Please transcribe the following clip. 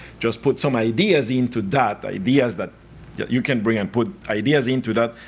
just put some ideas into that, ideas that yeah you can bring and put ideas into that,